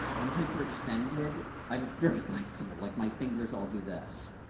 i'm hyperextended. i'm very flexible, like my fingers all do this.